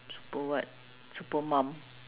super what super mum